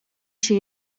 się